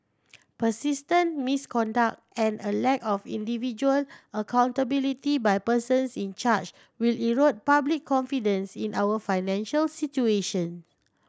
persistent misconduct and a lack of individual accountability by persons in charge will erode public confidence in our financial situation